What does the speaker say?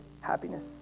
happiness